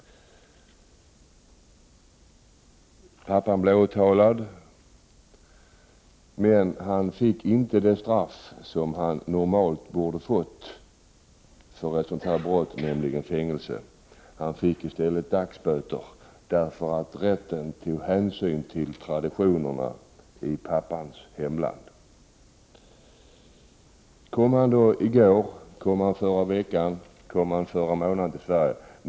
Pappan blev åtalad. Men han fick inte det straff som han normalt borde ha fått för ett sådant här brott, nämligen fängelse. Han fick i stället dagsböter. Rätten tog hänsyn till traditionerna i pappans hemland. Kom pappan i går, kom han förra veckan eller kom han förra månaden till Sverige?